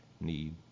need